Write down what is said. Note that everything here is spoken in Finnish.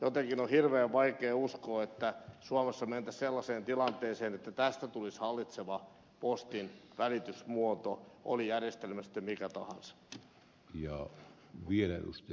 jotenkin on hirveän vaikea uskoa että suomessa mentäisiin sellaiseen tilanteeseen että tästä tulisi hallitseva postinvälitysmuoto oli järjestelmä sitten mikä tahansa